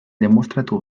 demostratu